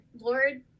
Lord